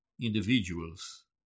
individuals